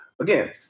again